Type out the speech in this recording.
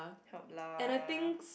help lah